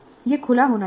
यह खुला होना चाहिए